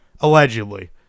Allegedly